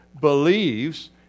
believes